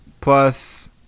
plus